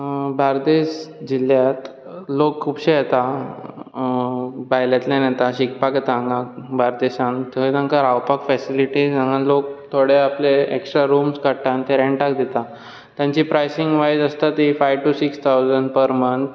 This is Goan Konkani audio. बार्देश जिल्ल्यांत लोक खुबशे येता भायल्यांतल्यान येता शिकपाक येता हांगा बार्देशांत थंय तांकां रावपाक फेसिलिटीझ हांगा लोक थोडे आपले एक्स्ट्रा रूम काडटा आनी ते रॅंटाक दिता ताची प्रायसींग वायज आसता ती five to six thousand per month